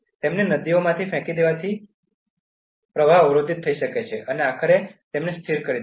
તેમને નદીઓમાં ફેંકી દેવાથી પ્રવાહ અવરોધિત થઈ શકે છે અને આખરે તેમને સ્થિર થઈ શકે છે